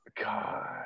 God